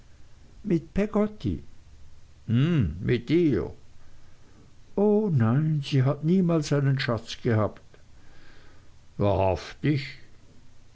mit peggotty hm mit ihr o nein sie hat niemals einen schatz gehabt wahrhaftig